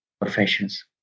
professions